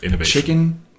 Chicken